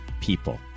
people